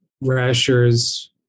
rashers